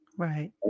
Right